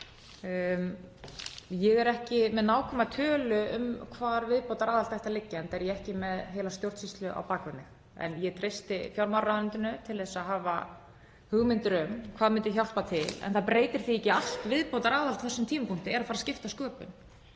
Ég er ekki með nákvæma tölu um hvar viðbótaraðhald ætti að liggja, enda er ég ekki með heila stjórnsýslu á bak við mig, en ég treysti fjármálaráðuneytinu til að hafa hugmyndir um hvað myndi hjálpa til. Það breytir því þó ekki að allt viðbótaraðhald á þessum tímapunkti er að fara að skipta sköpum.